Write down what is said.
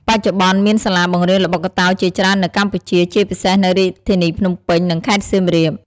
បច្ចុប្បន្ន មានសាលាបង្រៀនល្បុក្កតោជាច្រើននៅកម្ពុជា ជាពិសេសនៅរាជធានីភ្នំពេញ និងខេត្តសៀមរាប។